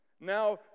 Now